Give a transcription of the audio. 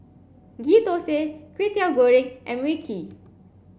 Ghee Thosai Kwetiau Goreng and Mui Kee